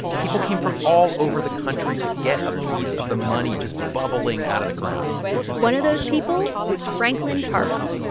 people came from all over the country to get a piece of the money just bubbling out of the ground one of those people was franklin tarbell,